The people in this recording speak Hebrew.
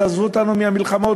תעזבו אותנו מהמלחמות